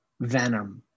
Venom